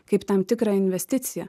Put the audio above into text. kaip tam tikrą investiciją